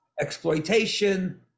exploitation